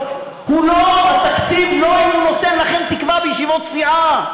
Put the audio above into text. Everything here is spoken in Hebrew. הוא לא תקציב אם הוא נותן לכם תקווה או לא בישיבות סיעה.